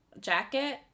jacket